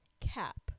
cap